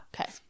Okay